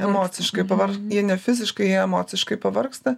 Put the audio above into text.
emociškai pavarg jie ne fiziškai o emociškai pavargsta